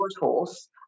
horse